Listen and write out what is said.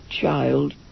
child